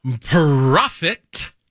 profit